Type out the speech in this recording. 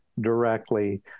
directly